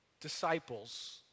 disciples